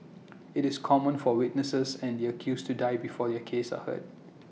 IT is common for witnesses and the accused to die before their cases are heard